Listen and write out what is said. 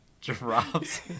drops